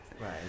Right